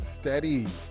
steady